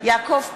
יעקב פרי,